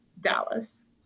Dallas